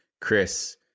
Chris